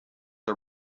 are